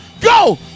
go